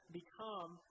become